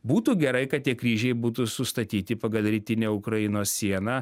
būtų gerai kad tie kryžiai būtų sustatyti pagal rytinę ukrainos sieną